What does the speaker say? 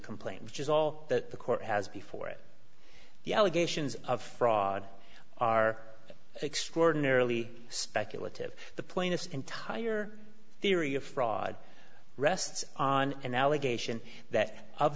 complaint which is all that the court has before it the allegations of fraud are extraordinarily speculative the plaintiff's entire theory of fraud rests on an allegation that of